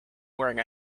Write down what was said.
wearing